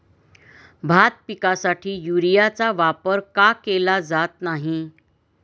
भात पिकासाठी युरियाचा वापर का केला जात नाही?